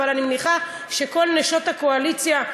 אבל אני מניחה שכל נשות הקואליציה,